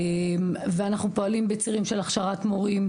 ואנחנו פועלים בצירים של הכשרת מורים